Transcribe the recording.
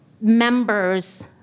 members